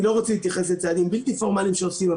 אני לא רוצה להתייחס לצעדים בלתי פורמליים שעושים,